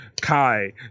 Kai